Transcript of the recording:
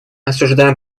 осуждаем